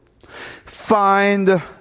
Find